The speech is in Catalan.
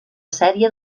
sèrie